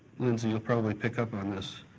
lindsey, you'll probably pick up on this,